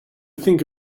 think